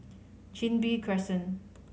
Chin Bee Crescent